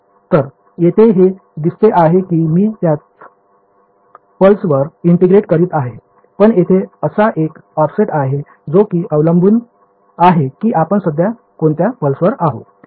तर येथे हे दिसते आहे की मी त्याच पल्सवर ईंटेग्रेट करीत आहे पण तेथे असा एक ऑफसेट आहे जो कि अवलंबून आहे कि आपण सध्या कोणच्या पल्सवर आहो